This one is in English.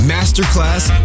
Masterclass